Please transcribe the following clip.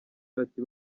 ati